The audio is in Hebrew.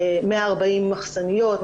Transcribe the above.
140 מחסניות,